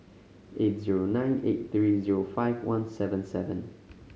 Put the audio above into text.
eight zero nine eight three zero five one seven seven